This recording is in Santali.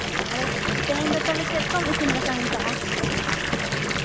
ᱟᱫᱚ ᱛᱮᱦᱮᱧ ᱫᱚ ᱛᱚᱵᱮ ᱪᱮᱫ ᱠᱚᱢ ᱤᱥᱤᱱ ᱵᱟᱥᱟᱝ ᱠᱟᱜᱼᱟ